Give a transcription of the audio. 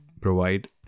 provide